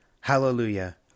Hallelujah